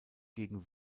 gegen